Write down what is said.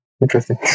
interesting